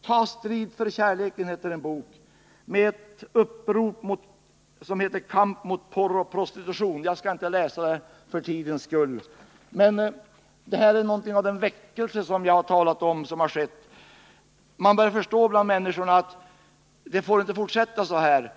En av böckerna heter Ta strid för kärleken — kamp mot porr och prostitution. Jag skall med tanke på kammarens tid inte läsa mycket ur den. Det är något av en väckelse som har skett och som jag har talat om. Man börjar bland människorna förstå att det inte får fortsätta så här